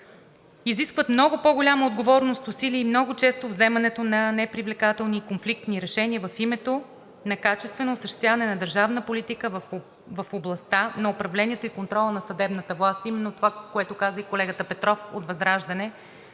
изискват много по-голяма отговорност, усилия и много често вземането на непривлекателни и конфликтни решения в името на качествено осъществяване на държавната политика в областта на управлението и контрола на съдебната власт. Именно това, което каза и колегата Петров от ВЪЗРАЖДАНЕ,